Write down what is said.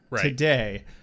today